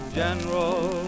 general